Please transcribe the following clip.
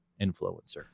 influencer